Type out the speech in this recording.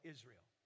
Israel